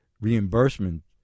reimbursement